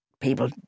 people